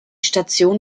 station